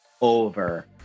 over